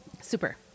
super